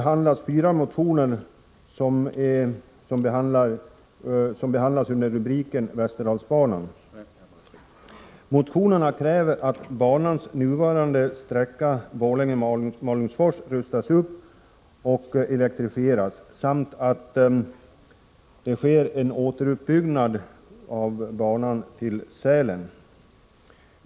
Herr talman! I betänkandet behandlas fyra motioner under rubriken Västerdalsbanan. I motionerna krävs att banans nuvarande sträcka Borlänge-Malungsfors rustas upp och elektrifieras samt att det sker en återuppbyggnad av banan till Sälen.